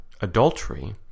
adultery